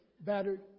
battered